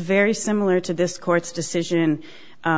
very similar to this court's decision